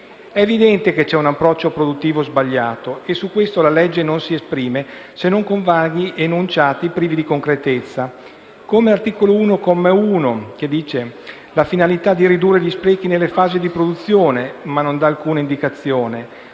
È evidente che c'è un approccio produttivo sbagliato e su questo la legge non si esprime se non con vaghi enunciati privi di concretezza, come all'articolo 1, comma 1, che introduce «la finalità di ridurre gli sprechi della fasi di produzione», ma non dà alcuna indicazione.